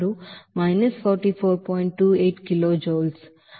28 kilo Joule ప్రతి mole sulphuric acid